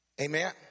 Amen